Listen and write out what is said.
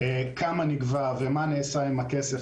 כמה נגבה ומה נעשה עם הכסף,